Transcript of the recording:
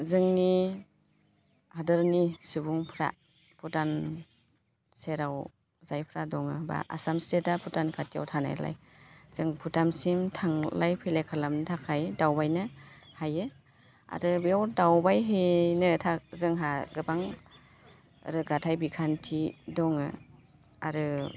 जोंनि हादरनि सुबुंफ्रा भुटान सेराव जायफ्रा दं बा आसाम स्टेटआ भुटान खाथियाव थानायलाय जों भुटानसिम थांलाय फैलाय खालामनो थाखाय दावबायनो हायो आरो बेयाव दावबाय होयनो जोंहा गोबां रोगाथाय बिखान्थि दङ आरो